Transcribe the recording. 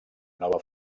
nova